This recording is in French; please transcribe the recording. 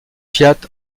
fiat